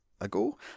ago